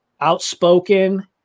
outspoken